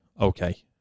okay